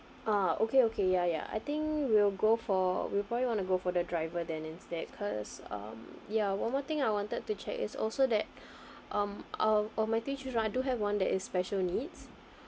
ah okay okay ya ya I think we'll go for we'll probably want to go for the driver then instead because um ya one more thing I wanted to check is also that um uh of my three children I do have one that is special needs